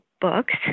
books